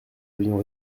avions